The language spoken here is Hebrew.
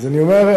אני אומר,